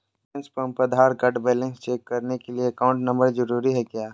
Balance pump Aadhaar card balance check करने के लिए अकाउंट नंबर जरूरी है क्या?